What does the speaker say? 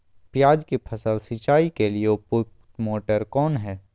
प्याज की फसल सिंचाई के लिए उपयुक्त मोटर कौन है?